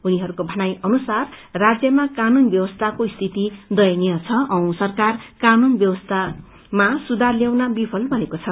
उनीहरूको भनाइ अनुसार राज्यमा कानून ब्यवस्थाको स्थिति दयनीय छ औ सरकार कानून ब्यवस्थामा सुधार ल्याउन विफल बनेको छ